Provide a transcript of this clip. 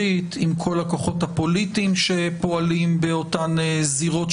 לצערי מטעמים פוליטיים צרים סירבו